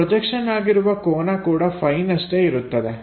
projection ಆಗಿರುವ ಕೋನ ಕೂಡ Φನಷ್ಟೇ ಇರುತ್ತದೆ